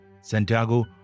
Santiago